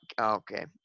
Okay